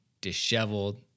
disheveled